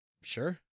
Sure